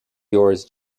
yours